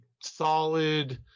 solid